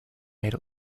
made